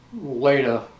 later